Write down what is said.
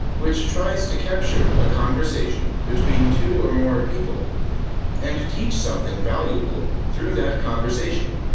which tries to capture a conversation between two or more people and teach something valuable through that conversation.